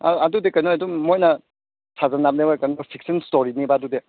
ꯑꯗꯨꯗꯤ ꯀꯩꯅꯣ ꯑꯗꯨꯝ ꯃꯣꯏꯅ ꯁꯥꯖꯟꯅꯕꯅꯦꯕ ꯀꯩꯅꯣ ꯇꯧ ꯐꯤꯛꯁꯟ ꯁ꯭ꯇꯣꯔꯤꯅꯦꯕ ꯑꯗꯨꯗꯤ